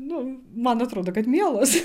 nu man atrodo kad mielos